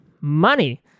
money